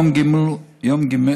יום ג',